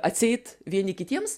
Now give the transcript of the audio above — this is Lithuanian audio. atseit vieni kitiems